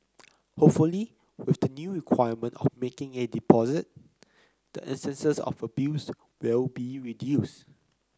hopefully with the new requirement of making a deposit the instances of abuse will be reduced